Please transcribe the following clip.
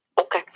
Okay